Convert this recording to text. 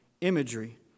imagery